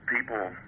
people